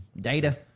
Data